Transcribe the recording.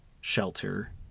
shelter